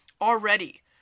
already